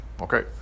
Okay